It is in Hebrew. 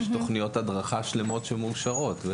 יש תכניות הדרכה שלמות שמאושרות.